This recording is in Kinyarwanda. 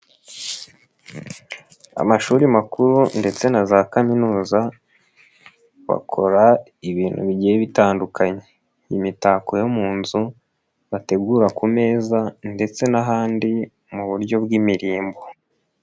Amashuri makuru ndetse na za kaminuza bakora ibintu bigiye bitandukanye, imitako yo mu nzu bategura ku meza ndetse n'ahandi mu buryo bw'imirimbo.